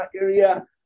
area